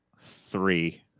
Three